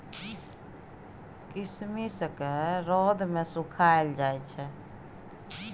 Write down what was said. किशमिश केँ रौद मे सुखाएल जाई छै